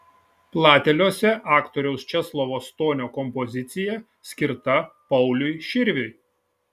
plateliuose aktoriaus česlovo stonio kompozicija skirta pauliui širviui